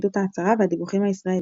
אמיתות ההצהרות והדיווחים הישראליים.